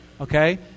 Okay